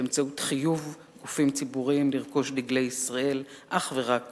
באמצעות חיוב גופים ציבוריים לרכוש דגלי ישראל אך ורק